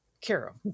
carol